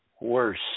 worse